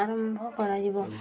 ଆରମ୍ଭ କରାଯିବ